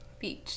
Beach